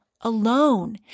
alone